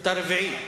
אתה רביעי.